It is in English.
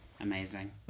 amazing